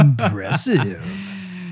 Impressive